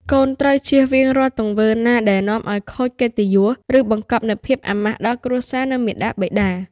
កូនត្រូវចៀសវាងរាល់ទង្វើណាដែលនាំឲ្យខូចកិត្តិយស ឬបង្កប់នូវភាពអាម៉ាស់ដល់គ្រួសារ និងមាតាបិតា។